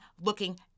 looking